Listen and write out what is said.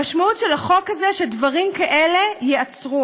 המשמעות של החוק הזה היא שדברים כאלה ייעצרו.